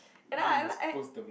and then I like I